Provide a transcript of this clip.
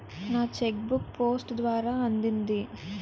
నా cheque book post ద్వారా అందింది